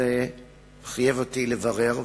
זה חייב אותי לברר,